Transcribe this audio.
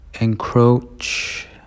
encroach